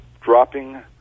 dropping